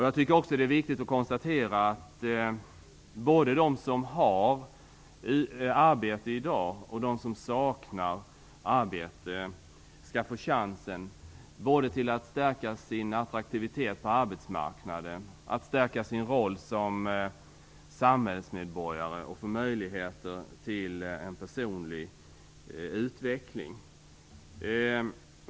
Jag tycker också att det är viktigt att konstatera att både de som har arbete i dag och de som saknar arbete skall få chansen att stärka både sin attraktivitet på arbetsmarknaden och sin roll som samhällsmedborgare och få möjlighet till en personlig utveckling.